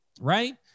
right